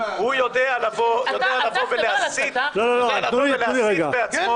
יודע לבוא ולהסית בעצמו.